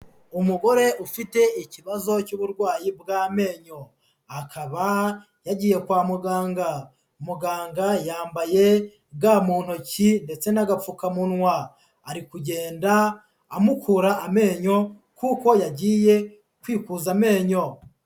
Umugore ufite ikibazo cy'uburwayi bw'amenyo, akaba yagiye kwa muganga. Muganga yambaye ga mu ntoki ndetse n'agapfukamunwa, ari kugenda amukura amenyo kuko yagiye kwikuza amenyo.